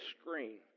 screen